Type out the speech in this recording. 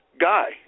guy